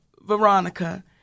Veronica